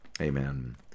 Amen